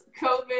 COVID